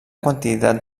quantitat